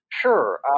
Sure